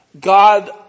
God